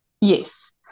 Yes